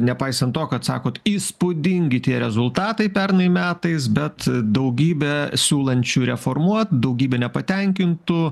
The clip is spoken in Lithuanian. nepaisant to kad sakot įspūdingi tie rezultatai pernai metais bet daugybė siūlančių reformuot daugybė nepatenkintų